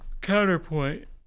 Counterpoint